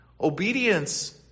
Obedience